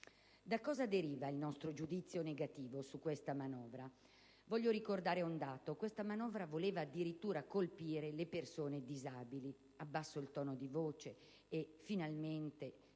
Da cosa deriva il nostro giudizio negativo su questa manovra? Voglio ricordare un dato: questa manovra voleva addirittura colpire le persone disabili. Alla fine, la